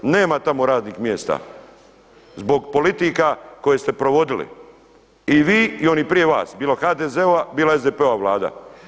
Nema tamo radnih mjesta zbog politika koje ste provodili i vi i oni prije vas, bilo HDZ-ova, bilo SDP-ova Vlada.